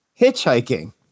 hitchhiking